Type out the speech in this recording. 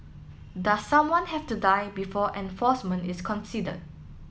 does someone have to die before enforcement is considered